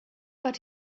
but